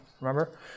remember